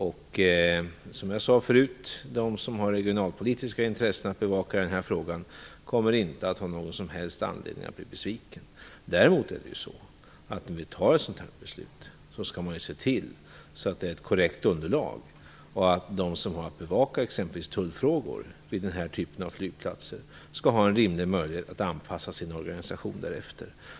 Som jag tidigare sade kommer de som har regionalpolitiska intressen att bevaka i denna fråga inte att ha någon som helst anledning att bli besvikna. Däremot skall man, när man tar ett sådant här beslut, se till att det finns ett korrekt underlag och att de som har att bevaka exempelvis tullfrågor vid den här typen av flygplatser får en rimlig möjlighet att anpassa sin organisation därefter.